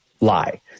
lie